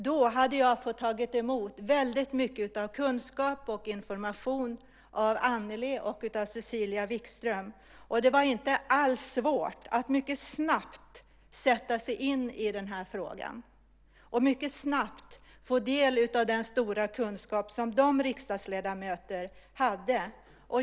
Då hade jag fått ta emot väldigt mycket kunskap och information från Annelie och Cecilia Wikström. Det var inte alls svårt att mycket snabbt sätta sig in i den här frågan och att mycket snabbt få del av den mycket stora kunskap som de riksdagsledamöterna hade.